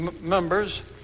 members